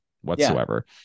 whatsoever